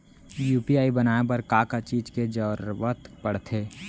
UPI बनाए बर का का चीज के जरवत पड़थे?